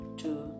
two